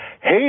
Hey